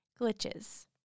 Glitches